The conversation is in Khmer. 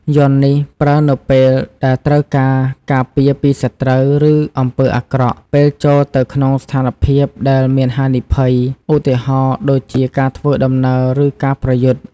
យ័ន្តនេះប្រើនៅពេលដែលត្រូវការការពារពីសត្រូវ ឬអំពើអាក្រក់ ពេលចូលទៅក្នុងស្ថានភាពដែលមានហានិភ័យ ឧទាហរណ៍ដូចជាការធ្វើដំណើរ ឬការប្រយុទ្ធ។